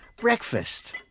Breakfast